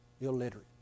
illiterate